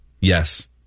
Yes